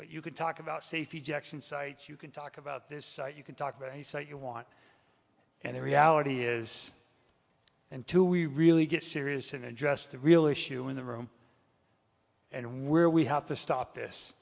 but you could talk about safety jackson sites you can talk about this you can talk about i say you want and the reality is and two we really get serious and address the real issue in the room and where we have to stop this